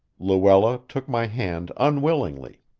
luella took my hand unwillingly.